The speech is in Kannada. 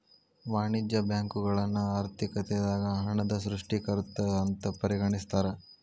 ವಾಣಿಜ್ಯ ಬ್ಯಾಂಕುಗಳನ್ನ ಆರ್ಥಿಕತೆದಾಗ ಹಣದ ಸೃಷ್ಟಿಕರ್ತ ಅಂತ ಪರಿಗಣಿಸ್ತಾರ